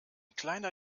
kleiner